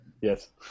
Yes